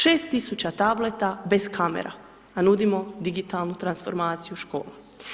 6000 tableta bez kamera a nudimo digitalnu transformaciju škola.